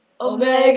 Omega